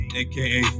aka